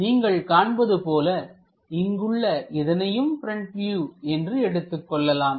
நீங்கள் காண்பது போல இங்குள்ள இதனையும் ப்ரெண்ட் வியூ என்று எடுத்துக் கொள்ளலாம்